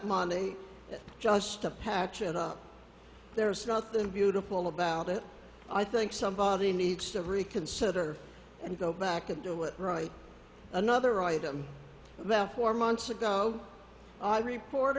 money just a patch it up there's nothing beautiful about it i think somebody needs to reconsider and go back and do it right another item about four months ago i